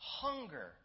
hunger